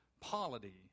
polity